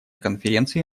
конференции